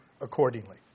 accordingly